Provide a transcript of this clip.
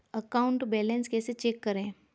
Account balance कैसे check करें?